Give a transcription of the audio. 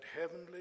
heavenly